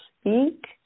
speak